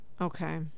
Okay